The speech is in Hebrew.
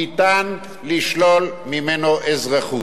ניתן לשלול ממנו אזרחות.